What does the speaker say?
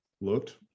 looked